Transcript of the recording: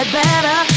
better